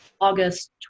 August